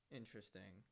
interesting